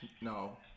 No